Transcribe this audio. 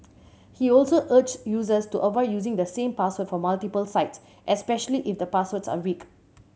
he also urged users to avoid using the same password for multiple sites especially if the passwords are weak